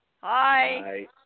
Hi